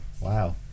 Wow